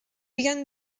began